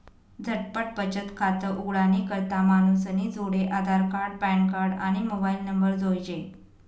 झटपट बचत खातं उघाडानी करता मानूसनी जोडे आधारकार्ड, पॅनकार्ड, आणि मोबाईल नंबर जोइजे